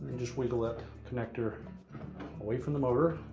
just wiggle that connector away from the motor,